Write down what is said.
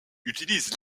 utilise